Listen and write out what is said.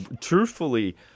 truthfully